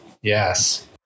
yes